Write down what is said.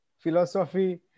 Philosophy